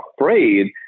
afraid